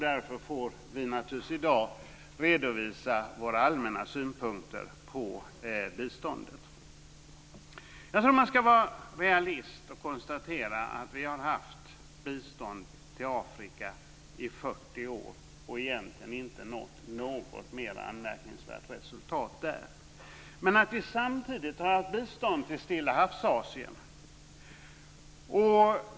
Därför får vi i dag redovisa våra allmänna synpunkter på biståndet. Jag tror att man ska vara realist och konstatera att vi har lämnat bistånd till Afrika i 40 år och egentligen inte nått något anmärkningsvärt resultat där. Samtidigt har vi lämnat bistånd till Stillahavsasien.